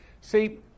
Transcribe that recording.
See